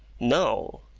no.